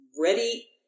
ready